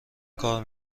کار